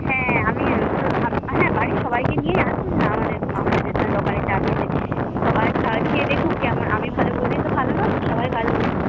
হ্যাঁ আমি হ্যাঁ বাড়ির সবাইকে নিয়েই আসুন না আমাদের আমাদের যে দোকানে চা খেতে সবাই খেয়ে দেখুক কেমন আমি ভালো বললেই তো ভালো নয় সবাই ভালো বলুক